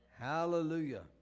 Hallelujah